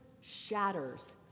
shatters